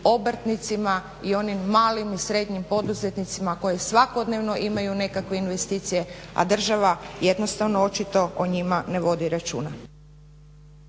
obrtnicima i onim malim i srednjim poduzetnicima koji svakodnevno imaju nekakve investicije, a država jednostavno očito o njima ne vodi računa.